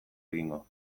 egingo